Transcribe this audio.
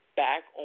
back